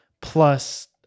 plus